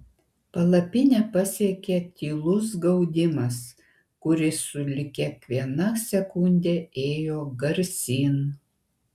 palapinę pasiekė tylus gaudimas kuris sulig kiekviena sekunde ėjo garsyn